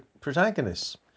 protagonists